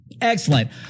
Excellent